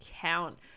count